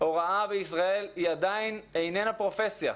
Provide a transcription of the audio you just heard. הוראה בישראל היא עדיין איננה פרופסיה.